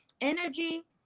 energy